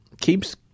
keeps